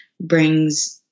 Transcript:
brings